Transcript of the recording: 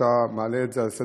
אתה מעלה את זה לסדר-היום,